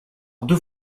deux